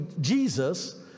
Jesus